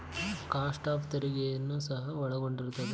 cost of ತೆರಿಗೆಯನ್ನು ಸಹ ಒಳಗೊಂಡಿರುತ್ತದೆ